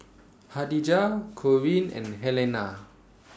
Khadijah Corene and Helena